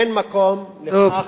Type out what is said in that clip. אין מקום לכך,